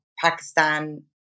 Pakistan